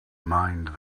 mind